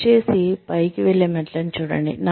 దయచేసి పైకి వెళ్లే మెట్లని చూడండి